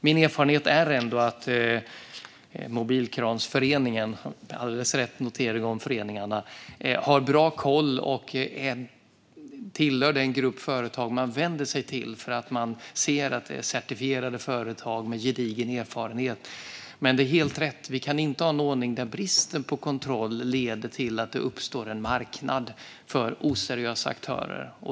Min erfarenhet är ändå att Mobilkranföreningen - Anders Åkesson har alldeles rätt i sin notering om föreningar - har bra koll och tillhör den grupp av företag man vänder sig till. Man ser att det är certifierade företag med gedigen erfarenhet. Men det är helt rätt: Vi kan inte ha en ordning där brist på kontroll leder till att det uppstår en marknad för oseriösa aktörer.